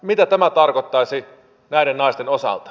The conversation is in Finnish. mitä tämä tarkoittaisi näiden naisten osalta